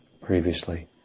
previously